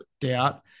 doubt